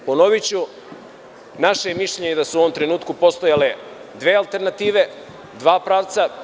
Ponoviću, naše je mišljenje da su u ovom trenutku postojale dve alternative, dva pravca.